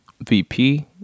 VP